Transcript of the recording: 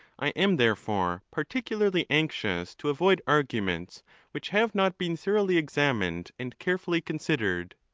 i am, therefore, particularly anxious to avoid arguments which have not been thoroughly examined and carefully considered.